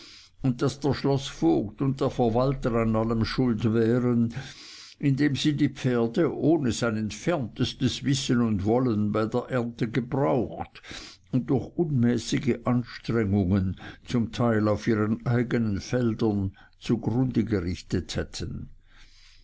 und daß der schloßvogt und der verwalter an allem schuld wären indem sie die pferde ohne sein entferntestes wissen und wollen bei der ernte gebraucht und durch unmäßige anstrengungen zum teil auf ihren eigenen feldern zugrunde gerichtet hätten